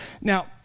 Now